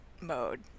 mode